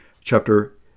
chapter